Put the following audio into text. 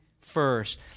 first